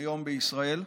היום בישראל.